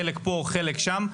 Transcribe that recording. חלק פה, חלק שם.